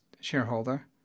shareholder